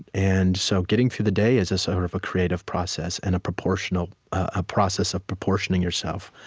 and so getting through the day is sort of a creative process and a proportional a process of proportioning yourself.